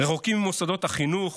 רחוקים ממוסדות החינוך,